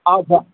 अच्छा